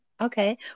Okay